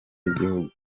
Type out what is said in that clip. y’igihugu